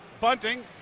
Bunting